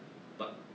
but